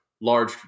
large